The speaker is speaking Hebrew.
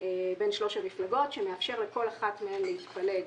בין שלוש המפלגות שמאפשר לכל אחת מהן להתפלג